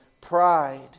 pride